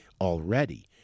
already